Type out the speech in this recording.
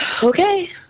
Okay